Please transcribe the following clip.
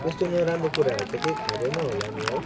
त्यस्तो नराम्रो कुराहरू त खाँदैन होला नि है